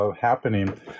happening